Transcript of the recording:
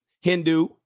Hindu